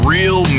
Real